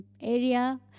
area